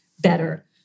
better